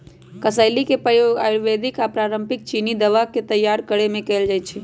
कसेली के प्रयोग आयुर्वेदिक आऽ पारंपरिक चीनी दवा के तइयार करेमे कएल जाइ छइ